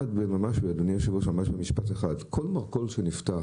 אדוני היושב-ראש, ממש במשפט אחד, כל מרכול שנפתח